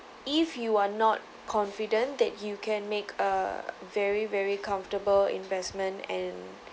if you are not confident that you can make a very very comfortable investment and